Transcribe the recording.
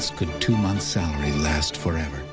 could two months salary last forever?